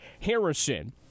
Harrison